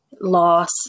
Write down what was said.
loss